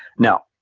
now,